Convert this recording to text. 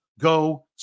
go